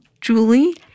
Julie